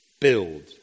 build